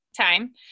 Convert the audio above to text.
time